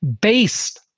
based